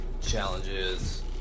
challenges